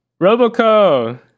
RoboCo